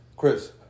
Chris